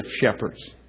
shepherds